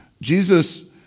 Jesus